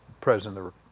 president